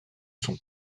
son